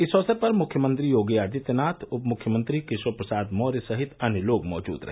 इस अवसर पर मुख्यमंत्री योगी आदित्यनाथ उप मुख्यमंत्री केशव प्रसाद मौर्य सहित अन्य लोग मौजूद रहे